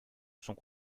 sont